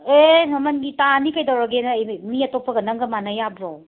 ꯑꯦ ꯃꯃꯟꯒꯤ ꯇꯥꯅꯤ ꯀꯩꯗꯧꯔꯒꯦ ꯅꯪ ꯃꯤ ꯑꯇꯣꯞꯄꯒ ꯅꯪꯒ ꯃꯥꯟꯅ ꯌꯥꯕ꯭ꯔꯣ